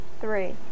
Three